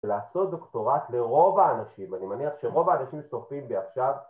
ולעשות דוקטורט לרוב האנשים, אני מניח שרוב האנשים צופים בי עכשיו